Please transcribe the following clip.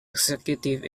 executive